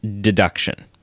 deduction